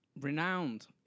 renowned